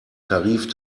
tarif